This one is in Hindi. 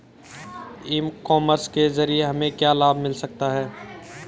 ई कॉमर्स के ज़रिए हमें क्या क्या लाभ मिल सकता है?